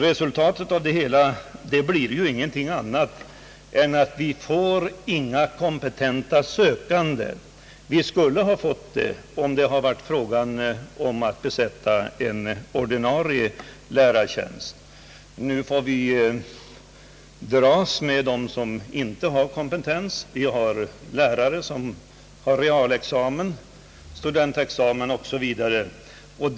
Resultatet av detta blir att vi inte får några kompetenta sökande. Vi skulle ha fått det om det hade gällt att besätta en ordinarie lärartjänst. Nu får vi dras med lärare utan kompetens. Vi har lärare med enbart realexamen, studentexamen eller liknande utbildning.